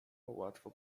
łatwo